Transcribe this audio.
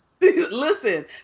listen